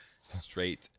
Straight